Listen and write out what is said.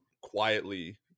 quietly